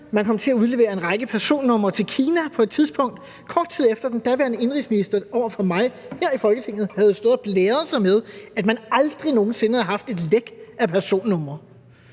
til at udlevere en række personnumre til Kina, kort tid efter at den daværende indenrigsminister over for mig her i Folketinget havde stået og blæret sig med, at man aldrig nogen sinde havde haft et læk af personnumre.